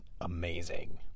amazing